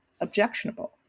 objectionable